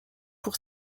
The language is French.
pour